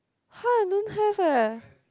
har I don't have eh